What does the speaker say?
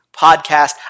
Podcast